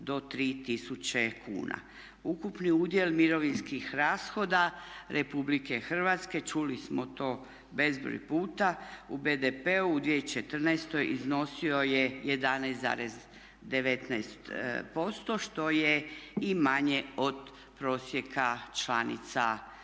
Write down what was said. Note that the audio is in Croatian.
Ukupni udjel mirovinskih rashoda republike hrvatske čuli smo to bezbroj puta u BDP-u u 2014. iznosio je 11,19% što je i manje od prosjeka članica EU.